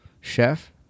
chef